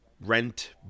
rent